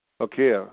Okay